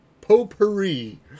potpourri